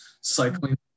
cycling